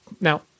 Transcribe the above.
Now